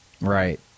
right